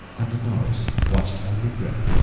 and the nurse watched every breath,